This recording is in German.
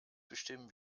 bestimmen